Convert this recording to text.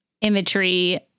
imagery